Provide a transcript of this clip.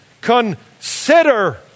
consider